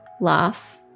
laugh